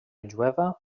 jueva